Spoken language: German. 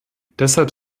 deshalb